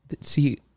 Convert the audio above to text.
see